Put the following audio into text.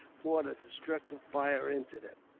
poured a destructive fire into them.